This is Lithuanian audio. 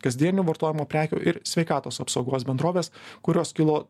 kasdienių vartojimo prekių ir sveikatos apsaugos bendrovės kurios kilo